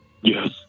Yes